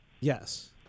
Yes